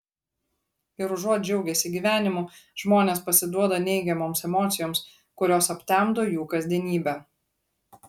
ir užuot džiaugęsi gyvenimu žmonės pasiduoda neigiamoms emocijoms kurios aptemdo jų kasdienybę